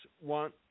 want